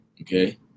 Okay